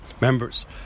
members